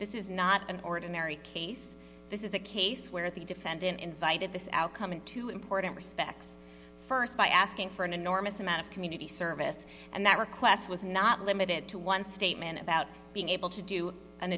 this is not an ordinary case this is a case where the defendant invited the outcome in two important respects st by asking for an enormous amount of community service and that request was not limited to one statement about being able to do an